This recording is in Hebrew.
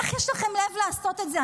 איך יש לכם לב לעשות את זה?